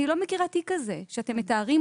אני לא מכירה תיק כזה שאתם מתארים,